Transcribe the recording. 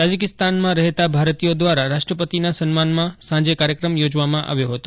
તાઝીકિસ્તાનમાં રહેતા ભારતીયો દ્વારા રાષ્ટ્રપતિના સન્માનમાં સાંજે કાર્યક્રમ યોજવામાં આવ્યો હતો